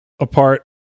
apart